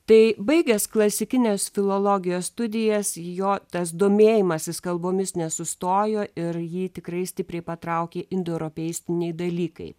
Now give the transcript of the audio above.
tai baigęs klasikinės filologijos studijas jo tas domėjimasis kalbomis nesustojo ir jį tikrai stipriai patraukė indoeuropeistiniai dalykai